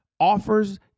offers